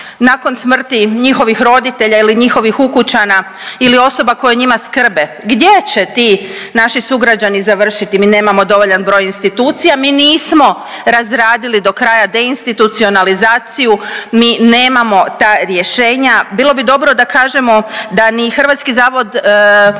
nakon smrti njihovih roditelja ili njihovih ukućana ili osoba koje o njima skrbe, gdje će ti naši sugrađani završiti? Mi nemamo dovoljan broj institucija, mi nismo razradili do kraja deinstitucionalizaciju, mi nemamo ta rješenja. Bilo bi dobro da kažemo da ni HZZO ne